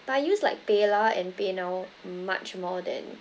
but I use like paylah and paynow much more than